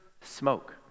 smoke